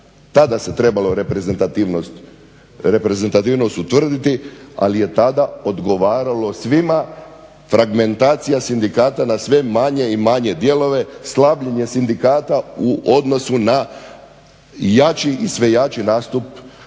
Tada se trebalo reprezentativnost utvrditi, ali je tada odgovaralo svima fragmentacija sindikata na sve manje i manje dijelove, slabljenje sindikata u odnosu na jači i sve jači nastup, ajmo